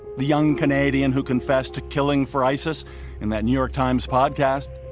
the young canadian who confessed to killing for isis in that new york times podcast?